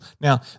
Now